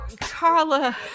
Carla